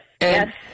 yes